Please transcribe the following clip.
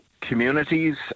communities